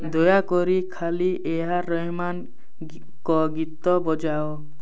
ଦୟାକରି ଖାଲି ଏଆର୍ ରେହ୍ମାନ୍ଙ୍କ ଗୀତ ବଜାଅ